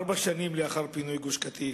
ארבע שנים לאחר פינוי גוש-קטיף,